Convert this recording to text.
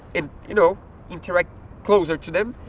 and you know interact closer to them.